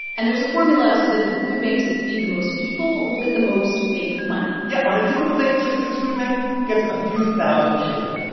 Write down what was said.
and there's a formula so that the food banks that feed the most people will get the most fake money yeah, on a typical day, tristan's food bank gets a few thousand shares.